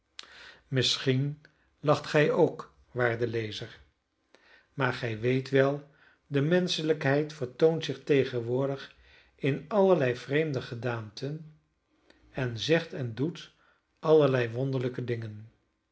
misschien lacht gij ook waarde lezer maar gij weet wel de menschelijkheid vertoont zich tegenwoordig in allerlei vreemde gedaanten en zegt en doet allerlei wonderlijke dingen